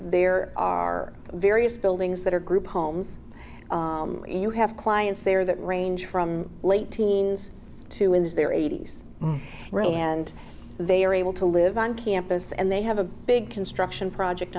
there are various buildings that are group homes you have clients there that range from late teens to in their eighty's and they are able to live on campus and they have a big construction project